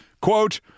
quote